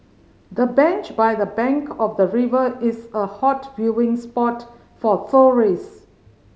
the bench by the bank of the river is a hot viewing spot for tourist